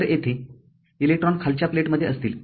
तरयेथे इलेक्ट्रॉन खालच्या प्लेटमध्ये असतील